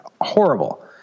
horrible